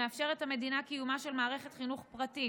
מאפשרת המדינה קיומה של מערכת חינוך פרטית,